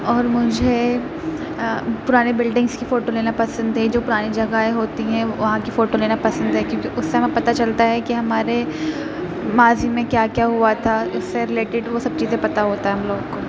اور مجھے پرانی بلڈنگس کی فوٹو لینا پسند ہے جو پرانی جگہیں ہوتی ہیں وہاں کی فوٹو لینا پسند ہے کیونکہ اس سے ہمیں پتہ چلتا ہے کہ ہمارے ماضی میں کیا کیا ہوا تھا اس سے ریلیٹڈ وہ سب چیزیں پتہ ہوتا ہے ہم لوگوں کو